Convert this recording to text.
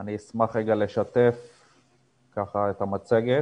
אני אשמח לשתף את המצגת.